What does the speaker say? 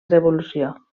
revolució